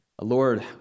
Lord